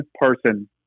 person